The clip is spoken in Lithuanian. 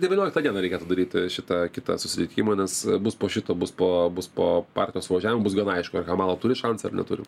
devynioliktą dieną reikėtų daryti šitą kitą susitikimą nes bus po šito bus po bus po partijos suvažiavimo bus gana aišku ar kamala turi šansą ar neturi